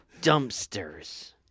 Dumpsters